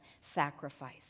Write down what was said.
sacrifice